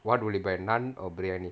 what will you buy naan or biryani